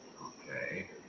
Okay